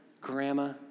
Grandma